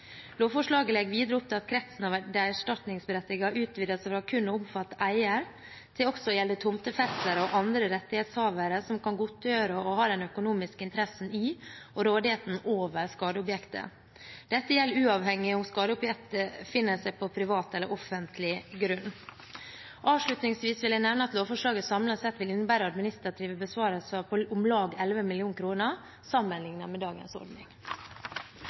Lovforslaget legger videre opp til at kretsen av de erstatningsberettigede utvides fra kun å omfatte eier til også å gjelde tomtefestere og andre rettighetshavere som kan godtgjøre å ha den økonomiske interessen i og rådigheten over skadeobjektet. Dette gjelder uavhengig av om skadeobjektet befinner seg på privat eller offentlig grunn. Avslutningsvis vil jeg nevne at lovforslaget samlet sett vil innebære administrative besparelser på om lag 11 mill. kr årlig sammenlignet med dagens ordning.